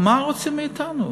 מה רוצים מאתנו?